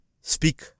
speak